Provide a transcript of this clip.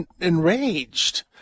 enraged